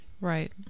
Right